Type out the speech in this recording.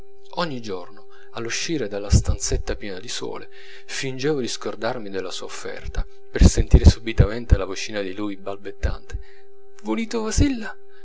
ogni giorno all'uscire dalla stanzetta piena di sole fingevo di scordarmi della sua offerta per sentire subitamente la vocina di lui balbettante vulite